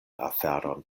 aferon